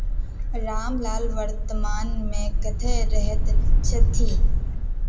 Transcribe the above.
रामलाल वर्तमानमे कतऽ रहै छथि